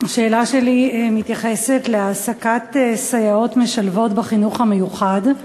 השאלה שלי מתייחסת להעסקת סייעות משלבות בחינוך המיוחד.